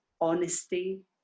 honesty